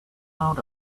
out